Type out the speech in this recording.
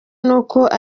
n’uko